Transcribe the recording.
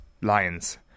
Lions